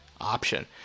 option